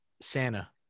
Santa